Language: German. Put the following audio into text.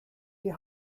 die